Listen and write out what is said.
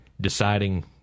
deciding